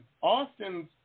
Austin's